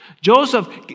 Joseph